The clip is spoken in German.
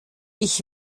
ich